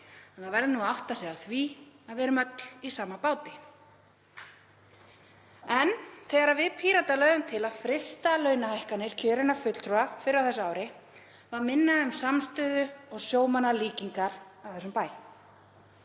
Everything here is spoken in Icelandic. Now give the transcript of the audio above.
verði að átta sig á því að við erum öll í sama báti. En þegar við Píratar lögðum til að frysta launahækkanir kjörinna fulltrúa fyrr á þessu ári var minna um samstöðu og sjómannalíkingar á þessum bæ.